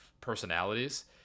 personalities